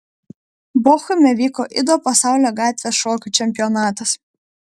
bochume vyko ido pasaulio gatvės šokių čempionatas